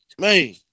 Man